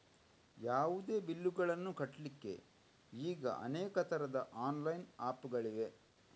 ಯಾವುದೇ ಬಿಲ್ಲುಗಳನ್ನು ಕಟ್ಲಿಕ್ಕೆ ಈಗ ಅನೇಕ ತರದ ಆನ್ಲೈನ್ ಆಪ್ ಗಳಿವೆ